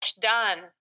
done